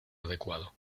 adecuado